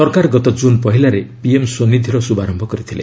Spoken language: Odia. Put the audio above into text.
ସରକାର ଗତ ଜୁନ୍ ପହିଲାରେ ପିଏମ୍ ସ୍ୱନିଧିର ଶୁଭାରମ୍ଭ କରିଥିଲେ